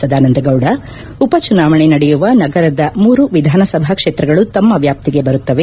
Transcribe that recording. ಸದಾನಂದ ಗೌಡ ಉಪ ಚುನಾವಣೆ ನಡೆಯುವ ನಗರದ ಮೂರು ವಿಧಾನಸಭಾ ಕ್ಷೇತ್ರಗಳು ತಮ್ಮ ವ್ಯಾಪ್ತಿಗೆ ಬರುತ್ತವೆ